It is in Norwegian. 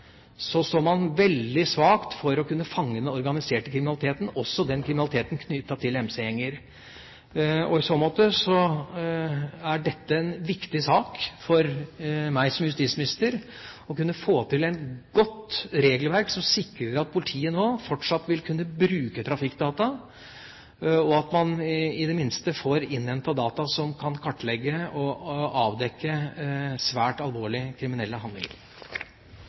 man veldig svakt i forhold til å kunne fange inn den organiserte kriminaliteten, også kriminaliteten knyttet til MC-gjenger. I så måte er det en viktig sak for meg som justisminister å kunne få til et godt regelverk som sikrer at politiet fortsatt vil kunne bruke trafikkdata, og at man i det minste får innhentet data som kan kartlegge og avdekke svært alvorlige kriminelle